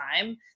time